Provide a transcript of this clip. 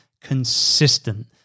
consistent